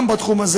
גם בתחום הזה,